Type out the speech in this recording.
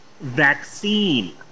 vaccine